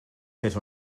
fes